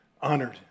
honored